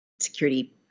security